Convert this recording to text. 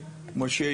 משה,